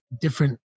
different